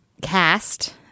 cast